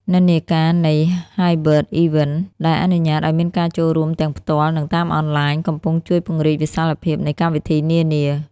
និន្នាការនៃ "Hybrid Events" ដែលអនុញ្ញាតឱ្យមានការចូលរួមទាំងផ្ទាល់ និងតាមអនឡាញ កំពុងជួយពង្រីកវិសាលភាពនៃកម្មវិធីនានា។